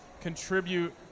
contribute